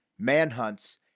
manhunts